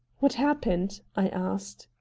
what happened? i asked.